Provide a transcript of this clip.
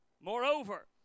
Moreover